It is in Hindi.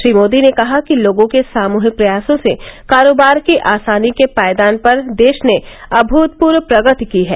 श्री मोदी ने कहा कि लोगों के सामूहिक प्रयासों से कारोबार की आसानी के पायदान पर देश ने अमृतपूर्व प्रगति की है